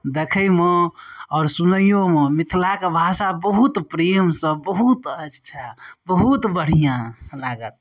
देखयमे आओर सुनइयोमे मिथिलाक भाषा बहुत प्रेमसँ बहुत अच्छा बहुत बढिआँ लागत